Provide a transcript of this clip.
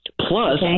Plus –